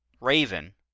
Raven